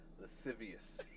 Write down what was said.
Lascivious